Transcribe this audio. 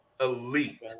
Elite